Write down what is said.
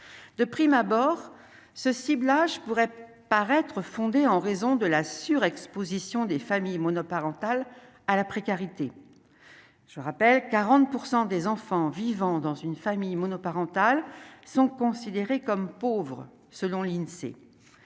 de prime abord ce ciblage pourrait paraître fondée en raison de la surexposition des familles monoparentales, à la précarité, je vous rappelle que 40 % des enfants vivant dans une famille monoparentale sont considérés comme pauvres, selon l'Insee,